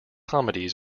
comedies